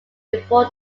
before